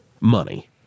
Money